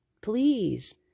please